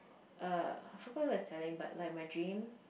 err I forgot who I was telling but like my dream